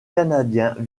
canadiens